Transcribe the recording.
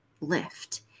lift